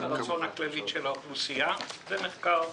הרצון הכללית של האוכלוסייה זה מחקר